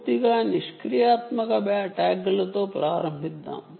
పూర్తిగా నిష్క్రియాత్మక ట్యాగ్లతో ప్రారంభిద్దాం